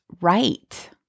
right